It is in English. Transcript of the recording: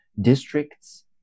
Districts